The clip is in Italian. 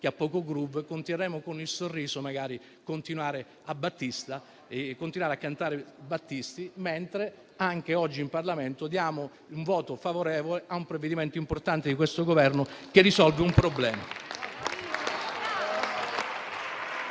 che ha poco *groove*, continueremo con il sorriso, magari continuando a cantare Battisti, mentre anche oggi in Parlamento esprimiamo un voto favorevole su un provvedimento importante del Governo che risolve un problema.